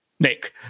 Nick